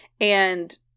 And-